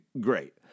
great